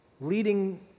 leading